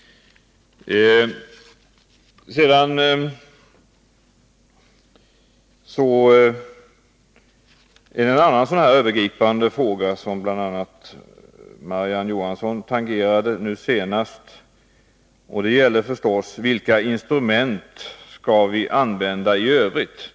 En annan sådan här övergripande fråga — Marie-Ann Johansson tangerade den nyss — gäller vilka instrument som vi skall använda i övrigt.